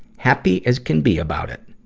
happy as can be about it.